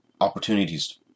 opportunities